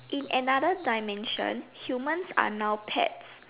in another dimension humans are now pets